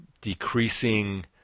decreasing